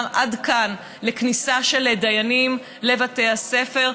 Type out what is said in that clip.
"עד כאן" לכניסה של דיינים לבתי הספר.